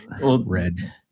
red